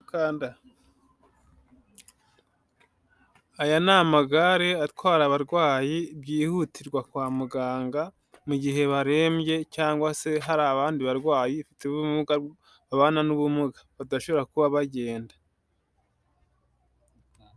Aya ni amagare atwara abarwayi byihutirwa kwa muganga, mu gihe barembye cyangwa se hari abandi barwayi bafite ubumuga babana n'ubumuga, badashobora kuba bajyenda.